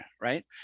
right